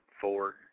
four